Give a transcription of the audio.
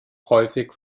häufig